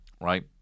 Right